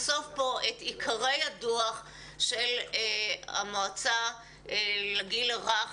- שנחשוף כאן את עיקרי הדוח של המועצה לגיל הרך